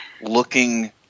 looking